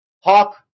Hawk